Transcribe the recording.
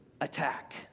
attack